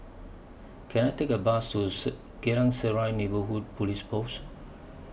Can I Take A Bus to Geylang Serai Neighbourhood Police Post